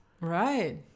right